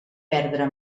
perdre